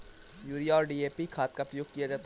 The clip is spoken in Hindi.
यूरिया और डी.ए.पी खाद का प्रयोग किया जाता है